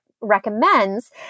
recommends